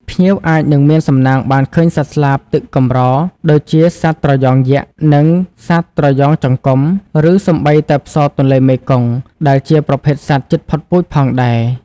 ភ្ញៀវអាចនឹងមានសំណាងបានឃើញសត្វស្លាបទឹកកម្រ ដូចជាសត្វត្រយ៉ងយក្ស និងសត្វត្រយ៉ងចង្កុំ ឬសូម្បីតែផ្សោតទន្លេមេគង្គ ដែលជាប្រភេទសត្វជិតផុតពូជផងដែរ។